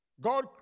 God